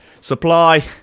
supply